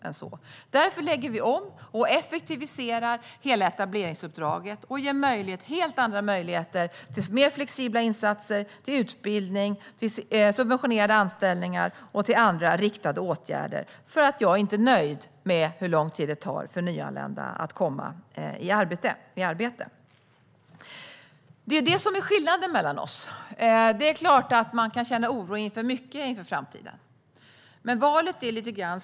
Det är därför vi lägger om och effektiviserar hela etableringsuppdraget och ger helt andra möjligheter till mer flexibla insatser, utbildning, subventionerade anställningar och andra riktade åtgärder. Jag är inte nöjd med hur lång tid det tar för nyanlända att komma i arbete. Det är det som är skillnaden mellan oss. Det är klart att man kan känna oro inför mycket inför framtiden. Men det är lite av ett val.